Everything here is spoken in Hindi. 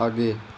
आगे